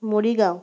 Morigaon